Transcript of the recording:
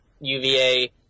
UVA